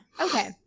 okay